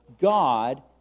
God